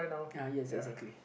uh yes exactly